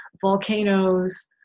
volcanoes